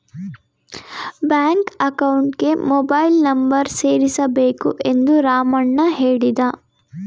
bank ಅಕೌಂಟ್ಗೆ mobile number ಸೇರಿಸಬೇಕು ಎಂದು ರಾಮಣ್ಣ ಹೇಳಿದ